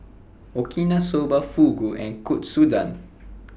Okinawa Soba Fugu and Katsudon